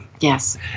Yes